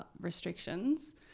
restrictions